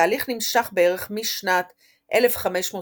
התהליך נמשך בערך משנת 1530